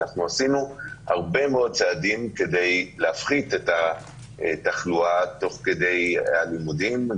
עשינו הרבה מאוד צעדים כדי להפחית את התחלואה תוך כדי הלימודים,